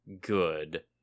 good